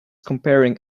comparing